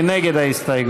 מי נגד ההסתייגות?